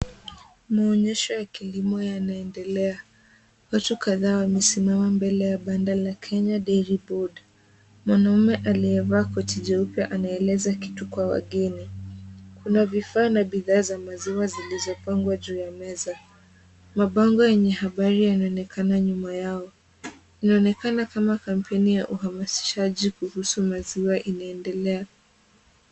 Maonyesho ya kilimo yanaendelea. Watu kadhaa wamesimama kando ya banda la Kenya Dairy Board . Mwanaume aliyevaa koti jeupe anaeleza kitu kwa wageni. Kuna vifaa na bidhaa za maziwa zilizopangwa juu ya meza. Mabango yenye habari yanaonekana nyuma yao. Inaonekana kama kampeni ya uhamasishaji kuhusu maziwa inaendelea.